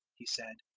he said.